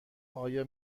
آیا